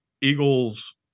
Eagles